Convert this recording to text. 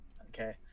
Okay